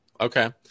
Okay